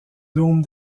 dôme